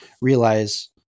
realize